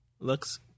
looks